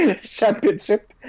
championship